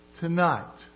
Tonight